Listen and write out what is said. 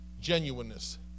genuineness